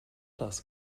das